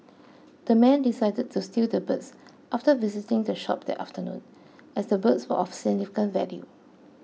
the men decided to steal the birds after visiting the shop that afternoon as the birds were of significant value